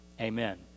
amen